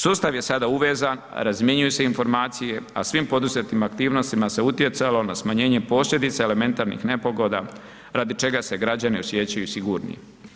Sustav je sada uvezan, razmjenjuju se informacije, a svim poduzetim aktivnostima se utjecalo na smanjenje posljedica elementarnih nepogoda radi čega se građani osjećaju sigurnije.